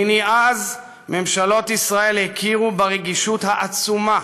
מני אז ממשלות ישראל הכירו ברגישות העצומה